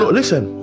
listen